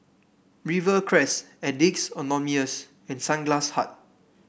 Rivercrest Addicts Anonymous and Sunglass Hut